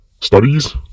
studies